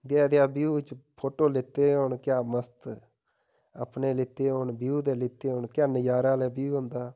देहा देहा व्यू बिच्च फोटो लैते दे होन क्या मस्त अपने लैते होन व्यू दे लेते होन क्या नज़ारे आह्ला व्यू होंदा